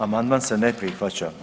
Amandman se ne prihvaća.